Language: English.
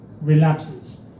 relapses